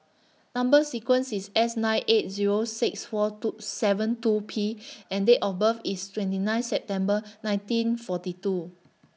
Number sequence IS S nine eight Zero six four two seven two P and Date of birth IS twenty nine September nineteen forty two